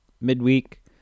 midweek